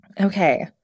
okay